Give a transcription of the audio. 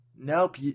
Nope